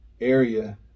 area